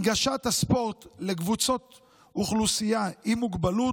הנגשת הספורט לקבוצות אוכלוסייה עם מוגבלות,